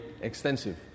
extensive